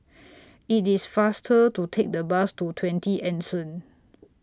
IT IS faster to Take The Bus to twenty Anson